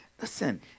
listen